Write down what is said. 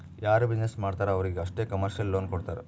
ಯಾರು ಬಿಸಿನ್ನೆಸ್ ಮಾಡ್ತಾರ್ ಅವ್ರಿಗ ಅಷ್ಟೇ ಕಮರ್ಶಿಯಲ್ ಲೋನ್ ಕೊಡ್ತಾರ್